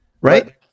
right